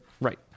Right